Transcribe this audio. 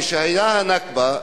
כשהיתה הנכבה,